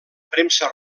premsa